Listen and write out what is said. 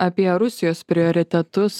apie rusijos prioritetus